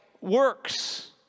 works